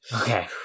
Okay